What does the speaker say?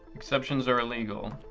exceptions are illegal.